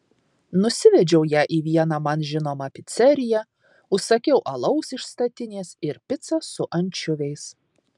nusivedžiau ją į vieną man žinomą piceriją užsakiau alaus iš statinės ir picą su ančiuviais